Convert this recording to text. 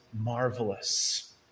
marvelous